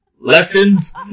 lessons